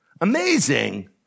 Amazing